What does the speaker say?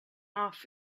off